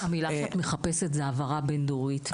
המילה שאת מחפשת היא העברה בין דורית.